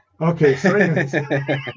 Okay